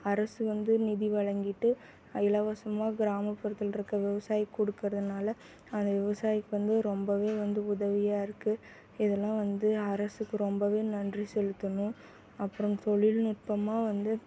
அரசு வந்து நிதி வழங்கிட்டு இலவசமாக கிராமபுறத்தில் இருக்க விவசாயிக்கு கொடுக்குறதுனால அந்த விவசாயிக்கு வந்து ரொம்பவே வந்து உதவியாக இருக்குது இதெல்லாம் வந்து அரசுக்கு ரொம்பவே நன்றி செலுத்தனும் அப்புறம் தொழில்நுட்பமாக வந்து